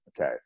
Okay